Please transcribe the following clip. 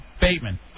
Bateman